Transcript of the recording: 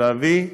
להביא,